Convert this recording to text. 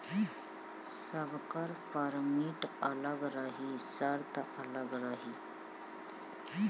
सबकर परमिट अलग रही सर्त अलग रही